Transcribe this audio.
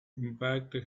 impact